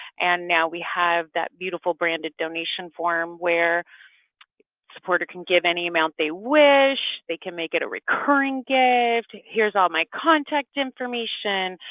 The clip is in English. and now we have that beautiful branded donation form where a supporter can give any amount they wish they can make it a recurring gift, here's all my contact information.